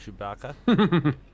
Chewbacca